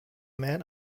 man